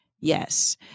Yes